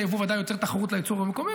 היבוא בוודאי יוצר תחרות לייצור המקומי,